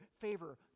favor